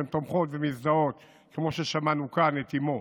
שהן תומכות ומזדהות, כמו ששמענו כאן את אימו